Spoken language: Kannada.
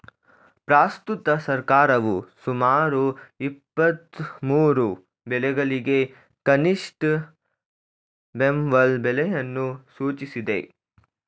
ಪ್ರಸ್ತುತ ಸರ್ಕಾರವು ಸುಮಾರು ಇಪ್ಪತ್ಮೂರು ಬೆಳೆಗಳಿಗೆ ಕನಿಷ್ಠ ಬೆಂಬಲ ಬೆಲೆಯನ್ನು ಸೂಚಿಸಿದೆ